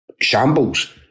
shambles